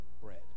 bread